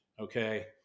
okay